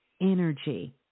energy